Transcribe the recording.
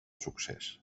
succés